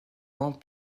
ans